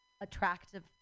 attractive